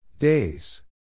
Days